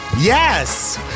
Yes